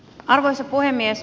arvoisa puhemies